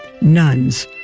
nuns